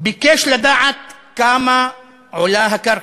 וביקש לדעת כמה עולה הקרקע.